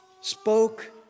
spoke